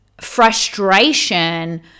frustration